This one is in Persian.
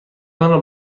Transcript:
آنرا